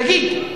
תגיד,